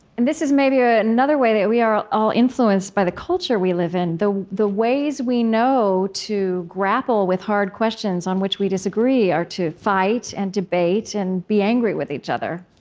and this is maybe ah another way that we are all influenced by the culture we live in the the ways we know to grapple with hard questions on which we disagree are to fight and debate and be angry with each other.